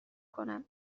کنم